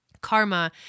Karma